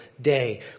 day